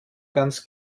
ganz